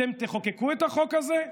אתם תחוקקו את החוק הזה,